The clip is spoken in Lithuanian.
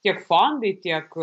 tiek fondai tiek